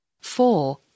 four